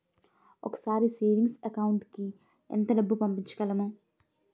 ఒకేసారి savings account కి ఎంత డబ్బు పంపించగలము?